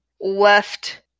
left